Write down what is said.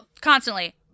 constantly